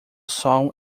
sol